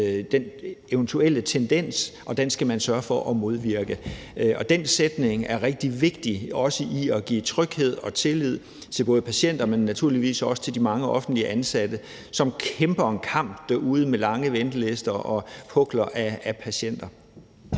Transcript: den eventuelle tendens, og at man skal sørge for at modvirke den. Den sætning er rigtig vigtig, også i forhold til at skabe tryghed og tillid hos både patienter, men naturligvis også de mange offentligt ansatte, som kæmper en kamp derude med lange ventelister og pukler af patienter.